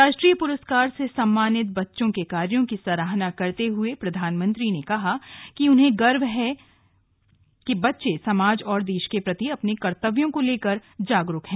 राष्ट्रीय पुरस्कार से सम्मानित बच्चों के कार्यो की सराहना करते हुए प्रधानमंत्री ने कहा कि उन्हें गर्व महसूस हो रहा है कि बच्चे समाज और देश के प्रति अपने कर्तव्यों को लेकर जागरूक हैं